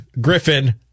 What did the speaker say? Griffin